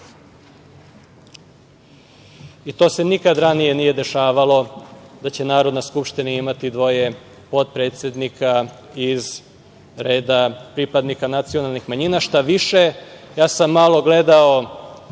To se nikad ranije nije dešavalo da će Narodna skupština imati dvoje potpredsednika iz reda pripadnika nacionalnih manjina. Šta-više, ja sam malo gledao